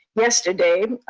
yesterday,